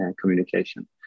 communication